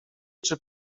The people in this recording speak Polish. czy